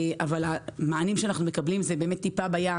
אבל המענים שאנחנו מקבלים זה באמת טיפה בים,